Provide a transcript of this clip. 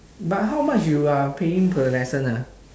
but how much you are paying per lesson ah